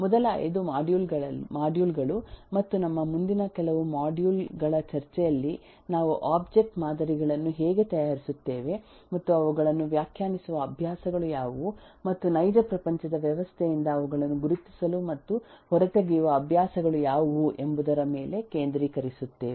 ಮೊದಲ 5 ಮಾಡ್ಯೂಲ್ ಗಳು ಮತ್ತು ನಮ್ಮ ಮುಂದಿನ ಕೆಲವು ಮಾಡ್ಯೂಲ್ ಗಳ ಚರ್ಚೆಯಲ್ಲಿ ನಾವು ಒಬ್ಜೆಕ್ಟ್ ಮಾದರಿಗಳನ್ನು ಹೇಗೆ ತಯಾರಿಸುತ್ತೇವೆ ಮತ್ತು ಅವುಗಳನ್ನು ವ್ಯಾಖ್ಯಾನಿಸುವ ಅಭ್ಯಾಸಗಳು ಯಾವುವು ಮತ್ತು ನೈಜ ಪ್ರಪಂಚದ ವ್ಯವಸ್ಥೆಯಿಂದ ಅವುಗಳನ್ನು ಗುರುತಿಸಲು ಮತ್ತು ಹೊರತೆಗೆಯುವ ಅಭ್ಯಾಸಗಳು ಯಾವುವು ಎಂಬುದರ ಮೇಲೆ ಕೇಂದ್ರೀಕರಿಸುತ್ತೇವೆ